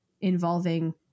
involving